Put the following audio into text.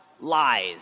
lies